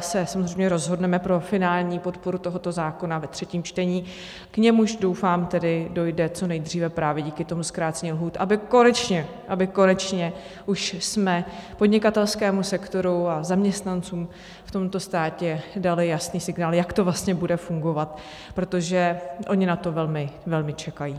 se rozhodneme pro finální podporu tohoto zákona ve třetím čtení, k němuž, doufám, dojde co nejdříve právě díky zkrácení lhůt, aby konečně, aby konečně už jsme podnikatelskému sektoru a zaměstnancům v tomto státě dali jasný signál, jak to vlastně bude fungovat, protože oni na to velmi, velmi čekají.